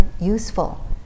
useful